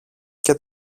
και